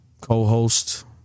co-host